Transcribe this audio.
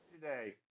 today